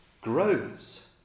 grows